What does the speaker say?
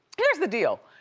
here's the deal.